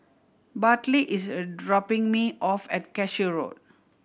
Bartley is a dropping me off at Cashew Road